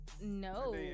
No